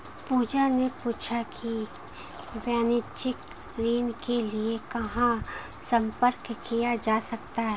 पूजा ने पूछा कि वाणिज्यिक ऋण के लिए कहाँ संपर्क किया जा सकता है?